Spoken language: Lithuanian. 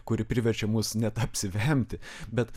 kuri priverčia mus net apsivemti bet